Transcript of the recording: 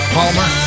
Palmer